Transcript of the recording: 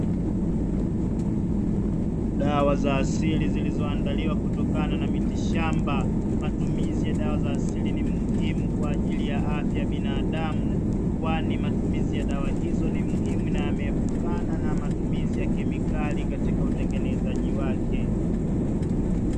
Dawa za asili zilizoandaliwa kutokana na miti shamba. Matumizi ya dawa za asili ni muhimu kwa ajili ya afya ya binadamu kwani matumizi ya dawa hizo ni muhimu na yameepukana na matumizi ya kemikali katika utengenezaji wake.